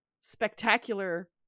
spectacular